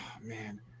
man